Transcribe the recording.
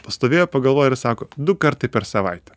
pastovėjo pagalvojo ir sako du kartai per savaitę